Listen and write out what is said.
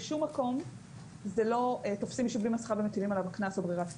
בשום מקום לא תופסים מישהו בלי מסכה ומטילים עליו קנס או ברירת קנס,